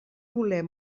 voler